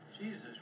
Jesus